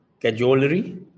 cajolery